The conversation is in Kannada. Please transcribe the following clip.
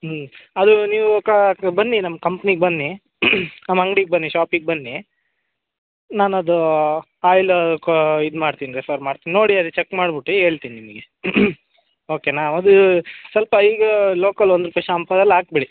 ಹ್ಞೂ ಅದು ನೀವು ಕಾ ಬನ್ನಿ ನಮ್ಮ ಕಂಪ್ನಿಗೆ ಬನ್ನಿ ನಮ್ಮ ಅಂಗ್ಡಿಗೆ ಬನ್ನಿ ಶಾಪಿಗೆ ಬನ್ನಿ ನಾನು ಅದು ಆಯ್ಲೂ ಕೋ ಇದು ಮಾಡ್ತೀನಿ ರೆಫರ್ ಮಾಡ್ತೀನಿ ನೋಡಿ ಅದೇ ಚೆಕ್ ಮಾಡ್ಬಿಟ್ಟು ಹೇಳ್ತೀನ್ ನಿಮಗೆ ಓಕೆನಾ ಅದು ಸ್ವಲ್ಪ ಈಗ ಲೋಕಲ್ ಒಂದು ರೂಪಾಯಿ ಶಾಂಪು ಅದೆಲ್ಲ ಹಾಕ್ಬೇಡಿ